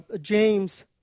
James